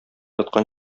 яткан